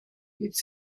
its